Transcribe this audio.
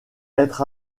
être